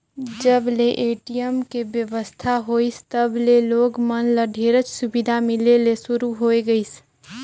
जब ले ए.टी.एम के बेवस्था होइसे तब ले लोग मन ल ढेरेच सुबिधा मिले ले सुरू होए गइसे